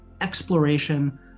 exploration